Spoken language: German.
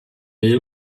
mill